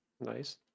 Nice